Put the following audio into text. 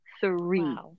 Three